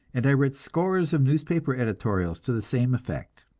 and i read scores of newspaper editorials to the same effect.